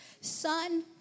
son